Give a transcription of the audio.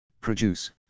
produce